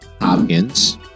Hopkins